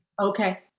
Okay